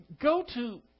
go-to